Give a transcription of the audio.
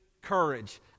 courage